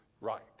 right